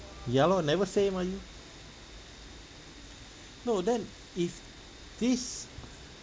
ya lor never say mah you no then if this